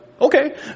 okay